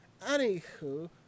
anywho